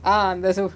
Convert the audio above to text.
ah அந்த:antha show